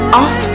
off